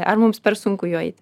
ar mums per sunku juo eit